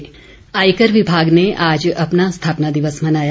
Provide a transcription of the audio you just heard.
आयकर आयकर विभाग ने आज अपना स्थापना दिवस मनाया